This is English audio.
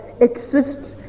exists